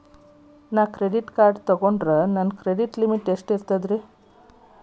ನಾನು credit card ತೊಗೊಂಡ್ರ ನನ್ನ ಕ್ರೆಡಿಟ್ ಲಿಮಿಟ್ ಎಷ್ಟ ಇರ್ತದ್ರಿ?